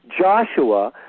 Joshua